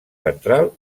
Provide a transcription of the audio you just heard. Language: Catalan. ventral